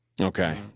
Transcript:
Okay